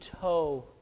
toe